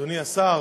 אדוני השר,